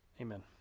Amen